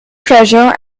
treasure